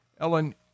Ellen